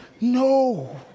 no